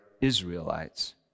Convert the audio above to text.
Israelites